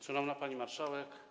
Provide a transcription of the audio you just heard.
Szanowna Pani Marszałek!